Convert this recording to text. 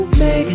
make